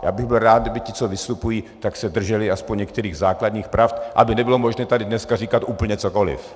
Já bych byl rád, kdyby ti, co vystupují, se drželi aspoň některých základních pravd, aby nebylo možné tady dneska říkat úplně cokoliv.